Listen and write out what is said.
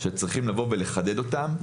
וצריכים לבוא ולחדד אותם.